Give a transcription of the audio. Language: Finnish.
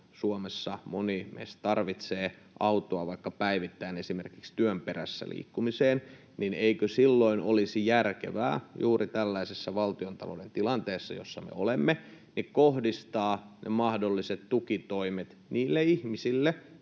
Suomessa moni meistä tarvitsee autoa vaikka päivittäin esimerkiksi työn perässä liikkumiseen: eikö silloin olisi järkevää, juuri tällaisessa valtiontalouden tilanteessa, jossa me olemme, kohdistaa ne mahdolliset tukitoimet niille ihmisille,